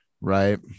Right